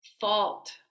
fault